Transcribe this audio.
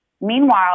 Meanwhile